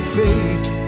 fate